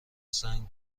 سنگ